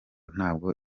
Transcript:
ntabwo